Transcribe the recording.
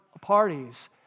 parties